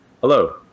Hello